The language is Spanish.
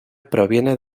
proviene